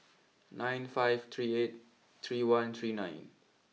nine five three eight three one three nine